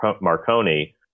Marconi